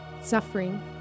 suffering